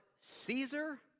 Caesar